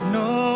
no